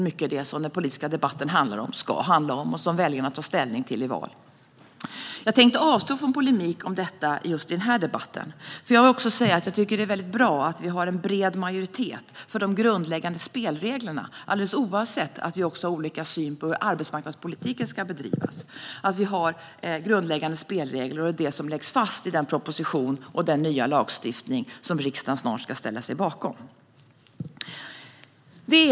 Mycket av den politiska debatten handlar om och ska handla om det här, och sedan tar väljarna ställning till det i val. Jag tänkte avstå från polemik om det i just den här debatten, för jag vill också säga att det är väldigt bra att vi har en bred majoritet för de grundläggande spelreglerna, alldeles oavsett att vi också har olika syn på hur arbetsmarknadspolitiken ska bedrivas. Vi har alltså en bred majoritet för grundläggande spelregler och för det som läggs fast i den proposition och den nya lagstiftning som riksdagen snart ska ställa sig bakom.